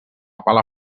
pala